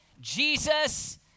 Jesus